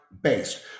based